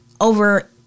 over